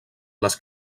les